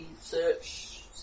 search